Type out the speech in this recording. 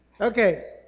okay